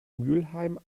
mülheim